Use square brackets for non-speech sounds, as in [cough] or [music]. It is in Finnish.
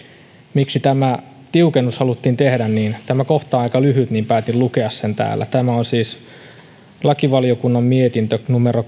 miksi tämä tiukennus haluttiin tehdä tämä kohta on aika lyhyt niin päätin lukea sen täällä tämä on siis lakivaliokunnan mietintö numero [unintelligible]